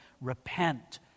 repent